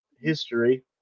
history